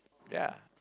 ya